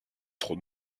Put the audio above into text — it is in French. trop